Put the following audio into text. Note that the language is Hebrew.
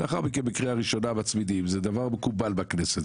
לאחר מכן בקריאה ראשונה מצמידים זה דבר מקובל בכנסת,